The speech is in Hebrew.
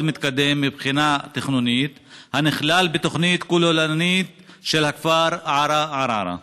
מתקדם מבחינה תכנונית ונכלל בתוכנית כוללנית של הכפר עארה-ערערה.